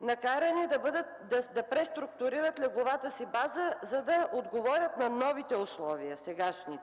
накарани да преструктурират легловата си база, за да отговорят на новите сегашни